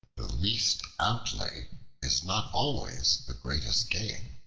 the least outlay is not always the greatest gain.